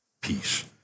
peace